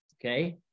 Okay